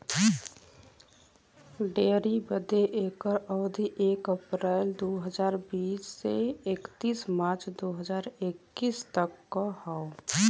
dairy बदे एकर अवधी एक अप्रैल दू हज़ार बीस से इकतीस मार्च दू हज़ार इक्कीस तक क हौ